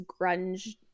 grunge